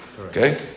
Okay